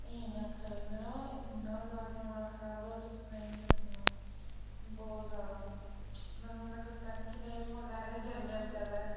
एह नी आक्खै लग्गने आह्ला मतलब इ'न्ना ज्यादा दमाग खराब होएआ तुसें सनाई नी सकनी आ'ऊं बहुत ज्यादा मतलब आं'ऊ मतलब सोचा नी कि में एयरफोन लैने गै निं हैन कदें